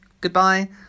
Goodbye